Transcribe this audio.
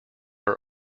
are